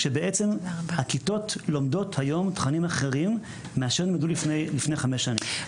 כשבעצם הכיתות לומדות היום תכנים אחרים מאשר הם למדו לפני חמש שנים.